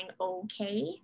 okay